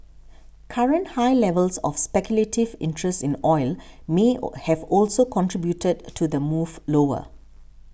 current high levels of speculative interest in oil may have also contributed to the move lower